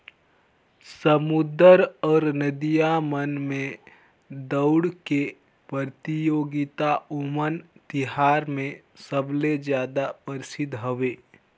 समुद्दर अउ नदिया मन में दउड़ के परतियोगिता ओनम तिहार मे सबले जादा परसिद्ध हवे